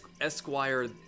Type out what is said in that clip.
Esquire